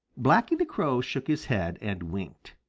blacky the crow shook his head and winked.